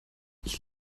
ich